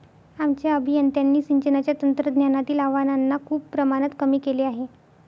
आमच्या अभियंत्यांनी सिंचनाच्या तंत्रज्ञानातील आव्हानांना खूप प्रमाणात कमी केले आहे